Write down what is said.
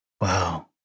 Wow